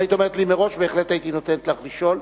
אם היית אומרת לי מראש בהחלט הייתי נותן לך לשאול,